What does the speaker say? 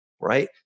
right